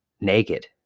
naked